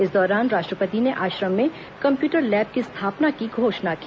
इस दौरान राष्ट्रपति ने आश्रम में कम्प्यूटर लैब की स्थापना की घोषणा की